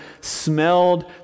smelled